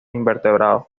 invertebrados